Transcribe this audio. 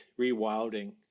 rewilding